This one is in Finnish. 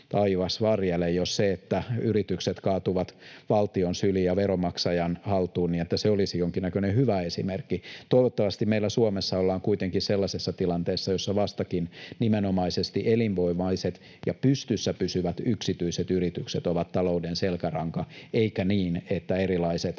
Taivas varjele, jos se, että yritykset kaatuvat valtion syliin ja veronmaksajan haltuun, olisi jonkinnäköinen hyvä esimerkki. Toivottavasti meillä Suomessa ollaan kuitenkin sellaisessa tilanteessa, jossa vastakin nimenomaisesti elinvoimaiset ja pystyssä pysyvät yksityiset yritykset ovat talouden selkäranka, eikä niin, että erilaiset